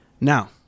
now